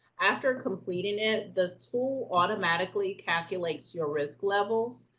after completing it, the tool automatically calculates your risk levels,